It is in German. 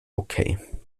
okay